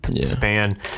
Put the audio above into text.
span